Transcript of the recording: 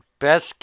best